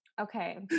okay